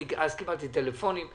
אז קיבלתי טלפונים,